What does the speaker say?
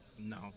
no